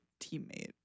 teammate